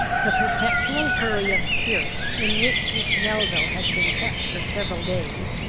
the perpetual hurry of spirits in which miss melville had been kept for several days,